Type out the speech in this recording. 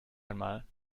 einmal